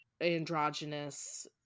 androgynous